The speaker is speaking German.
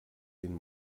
den